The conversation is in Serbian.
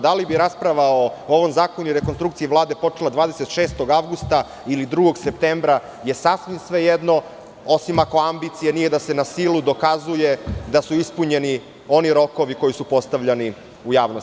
Da li bi rasprava o ovom zakonu i rekonstrukciji Vlade počela 26. avgusta ili 2. septembra je sasvim svejedno, osim ako ambicija nije da se na silu dokazuje da su ispunjeni oni rokovi koji su postavljani u javnosti.